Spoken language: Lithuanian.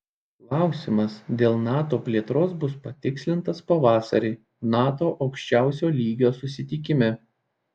klausimas dėl nato plėtros bus patikslintas pavasarį nato aukščiausio lygios susitikime